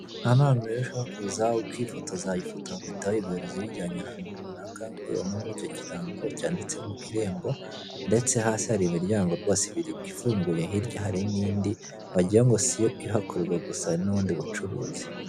Aha ni ahantu rero ushobora kuza ukifotoza ifoto yawe bagahita bayiguha uyijyanye ahantu runaka. Kkuko ubibona kuri icyo kirango cyanditsemo irembo, ndetse hasi hari imiryango ibiri ifunguye hirya hari n'indi wagira ngo siyo ihakorerwa gusa wagira ngo hari n'ubundi bucuruzi.